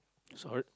sorry